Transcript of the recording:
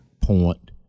point